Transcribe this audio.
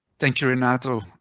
thank you, renato.